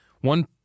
one